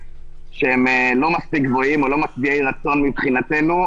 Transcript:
שהם לא מספיק גבוהים או לא משביעי רצון מבחינתנו.